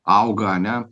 auga ane